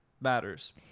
Matters